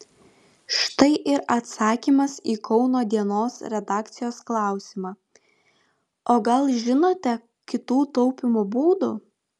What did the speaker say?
štai ir atsakymas į kauno dienos redakcijos klausimą o gal žinote kitų taupymo būdų